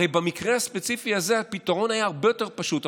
הרי במקרה הספציפי הזה הפתרון היה הרבה יותר פשוט.